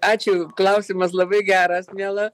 ačiū klausimas labai geras miela